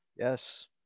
Yes